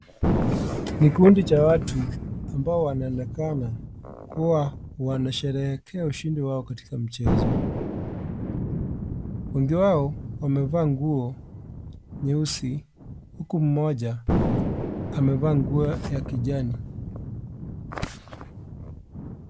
Kikundi cha watu ambao wanaonekana kuwa wanasherehekea ushindi wao katika mchezo. Wengi wao wamevaa nguo nyeusi, huku mmoja amevaa nguo ya kijani.